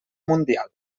mundial